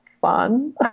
fun